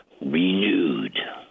renewed